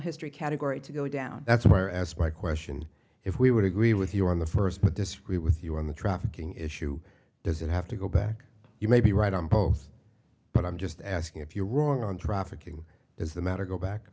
history category to go down that's why i asked my question if we would agree with you on the first but disagree with you on the trafficking issue does it have to go back you may be right on both but i'm just asking if you're wrong on trafficking is the matter go back